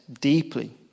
deeply